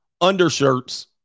undershirts